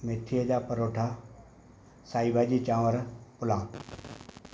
मेथीअ जा परोठा साई भाॼी चांवर पुलाउ